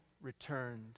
returned